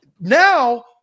Now